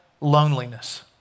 loneliness